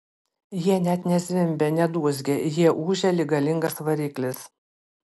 jie net ne zvimbia ne dūzgia jie ūžia lyg galingas variklis